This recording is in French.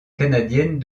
canadienne